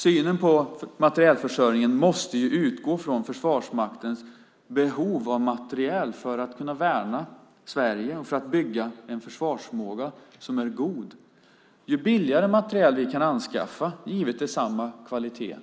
Synen på materielförsörjningen måste utgå från Försvarsmaktens behov av materiel för att kunna värna Sverige och för att bygga en försvarsförmåga som är god. Ju billigare materiel vi kan anskaffa, givet att det är samma kvalitet,